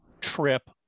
trip